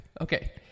Okay